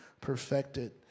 perfected